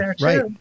Right